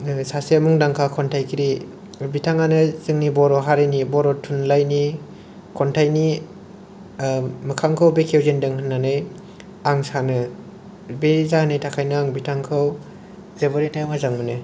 सासे मुंदांखा खन्थाइगिरि बिथाङानो जोंनि बर' हारिनि बर' थुनलाइनि खन्थाइनि मोखांखौ बेखेवजेनदों होन्नानै आं सानो बे जाहोननि थाखायनो आं बिथांखौ जोबोरैनो मोजां मोनो